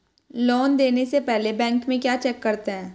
Loan देने से पहले बैंक में क्या चेक करते हैं?